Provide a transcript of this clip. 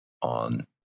On